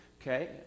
okay